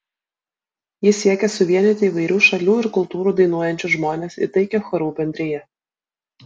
jis siekė suvienyti įvairių šalių ir kultūrų dainuojančius žmones į taikią chorų bendriją